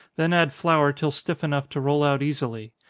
then add flour till stiff enough to roll out easily.